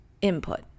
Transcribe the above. input